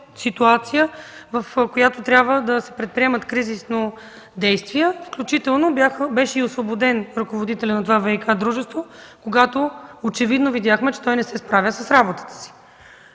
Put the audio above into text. ситуация, в която трябва да се предприемат кризисни действия. Включително беше освободен ръководителят на това ВиК дружество, когато очевидно видяхме, че той не се справя с работата си.